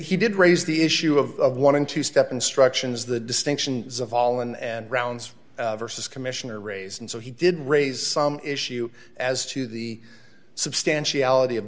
he did raise the issue of wanting to step instructions the distinctions of all and rounds versus commissioner raise and so he did raise some issue as to the substantiality of